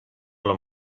los